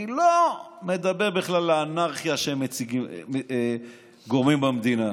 אני לא מדבר בכלל על האנרכיה שהם גורמים במדינה,